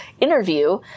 interview